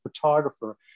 photographer